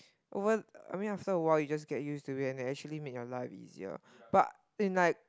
over I mean after a while you just get used to it and it actually made your life easier but in like